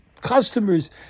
customers